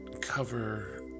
cover